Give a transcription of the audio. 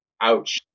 Ouch